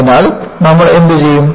അതിനാൽ നമ്മൾ എന്തുചെയ്യും